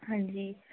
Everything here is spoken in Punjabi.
ਹਾਂਜੀ